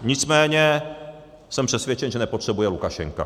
Nicméně jsem přesvědčen, že nepotřebuje Lukašenka.